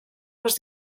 les